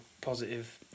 positive